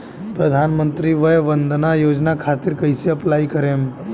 प्रधानमंत्री वय वन्द ना योजना खातिर कइसे अप्लाई करेम?